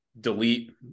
delete